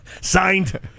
Signed